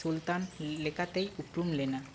ᱥᱩᱞᱛᱟᱱ ᱞᱮᱠᱟᱛᱮᱭ ᱩᱯᱨᱩᱢ ᱞᱮᱱᱟ